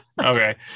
okay